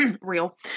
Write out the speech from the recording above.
real